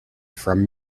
from